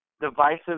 divisive